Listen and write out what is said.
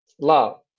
love